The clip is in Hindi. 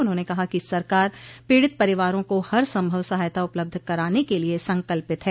उन्होंने कहा कि सरकार पीड़ित परिवारों को हर संभव सहायता उपलब्ध कराने के लिये संकल्पित है